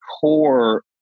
core